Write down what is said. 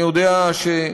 שלוש דקות.